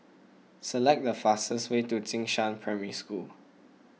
select the fastest way to Jing Shan Primary School